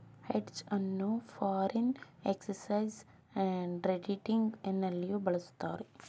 hedge ಅನ್ನು foreign exchange trading ನಲ್ಲಿಯೂ ಬಳಸುತ್ತಾರೆ